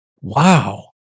wow